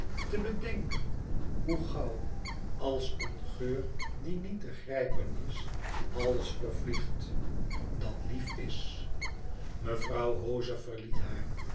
te bedenken hoe gauw als een geur die niet te grijpen is alles vervliegt dat lief is mevrouw hoze verliet haar